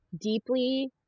deeply